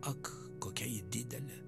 ak kokia ji didelė